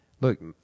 look